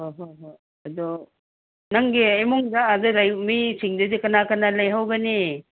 ꯑꯣ ꯍꯣꯏ ꯍꯣꯏ ꯑꯗꯣ ꯅꯪꯒꯤ ꯏꯃꯨꯡꯗ ꯑꯗ ꯂꯩꯕ ꯃꯤꯁꯤꯡꯗꯨꯗꯤ ꯀꯅꯥ ꯀꯅꯥ ꯂꯩꯍꯧꯒꯅꯤ